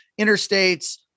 interstates